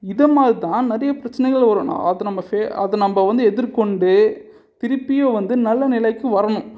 இதை மாதிரி தான் நிறையா பிரச்சனைகள் வரும் நான் அதை நம்ம ஃபே அதை நம்ம வந்து எதிர்கொண்டு திருப்பியும் வந்து நல்ல நிலைக்கு வரணும்